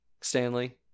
stanley